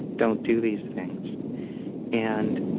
don't do these things and